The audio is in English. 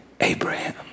Abraham